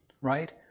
Right